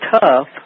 tough